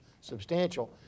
substantial